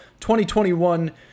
2021